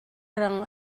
rang